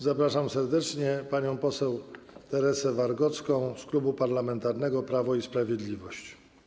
Zapraszam serdecznie panią poseł Teresę Wargocką z Klubu Parlamentarnego Prawo i Sprawiedliwość.